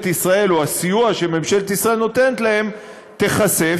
ישראל או הסיוע שממשלת ישראל נותנת להם ייחשפו,